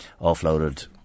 offloaded